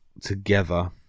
together